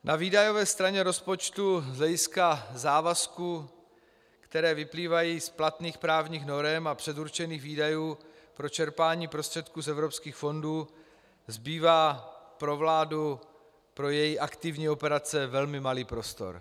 Na výdajové straně rozpočtu z hlediska závazků, které vyplývají z platných právních norem a předurčených výdajů pro čerpání prostředků z evropských fondů, zbývá pro vládu, pro její aktivní operace velmi malý prostor.